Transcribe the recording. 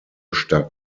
stark